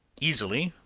easily,